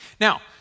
Now